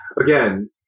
again